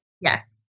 Yes